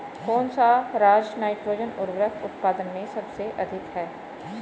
कौन सा राज नाइट्रोजन उर्वरक उत्पादन में सबसे अधिक है?